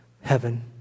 Heaven